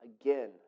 again